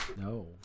No